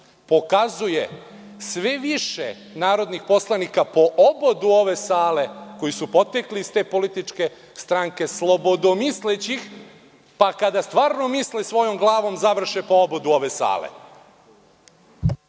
pokazuje sve više narodnih poslanika po obodu ove sale koji su potekli iz te političke stranke slobodomislećih, pa kada stvarno misle svojom glavom završe po obodu ove sale.